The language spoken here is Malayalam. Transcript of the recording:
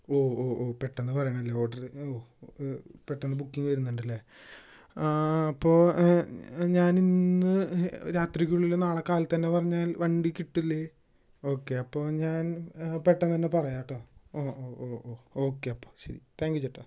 ഓ ഓ ഓ പെട്ടന്ന് പറയണം അല്ലേ ഓഡർ ഓ പെട്ടന്ന് ബുക്കിംഗ് വരുന്നുണ്ട് അല്ലേ ആ അപ്പോൾ ഞാൻ ഇന്ന് രാത്രിക്കുള്ളിൽ നാളെ കാലത്തന്നെ പറഞ്ഞാൽ വണ്ടി കിട്ടില്ലേ ഓക്കേ അപ്പോൾ ഞാൻ പെട്ടെന്ന് തന്നെ പറയാം കേട്ടോ ഓ ഓ ഓ ഓക്കേ അ ശരി താങ്ക് യു ചേട്ടാ